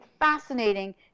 fascinating